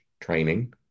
training